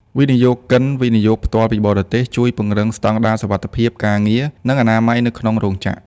វិនិយោគិន វិនិយោគផ្ទាល់ពីបរទេស ជួយពង្រឹងស្ដង់ដារសុវត្ថិភាពការងារ និងអនាម័យនៅក្នុងរោងចក្រ។